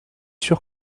sûr